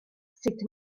sut